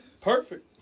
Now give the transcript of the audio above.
Perfect